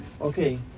Okay